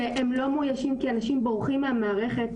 שלא מאויישים כי אנשים בורחים מהמערכת.